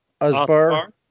Osbar